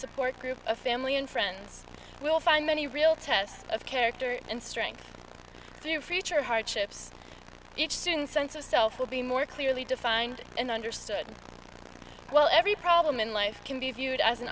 support group a family and friends will find many real test of character and strength through future hardships each since sense of self will be more clearly defined and understood well every problem in life can be viewed as an